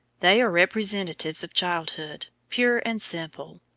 they are representatives of childhood, pure and simple,